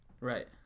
Right